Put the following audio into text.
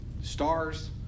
stars